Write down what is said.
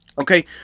Okay